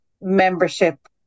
membership